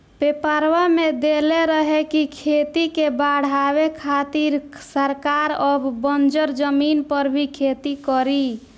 पेपरवा में देले रहे की खेती के बढ़ावे खातिर सरकार अब बंजर जमीन पर भी खेती करी